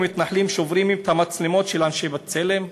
ומתנחלים שוברים את המצלמות של אנשי "בצלם"